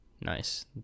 Nice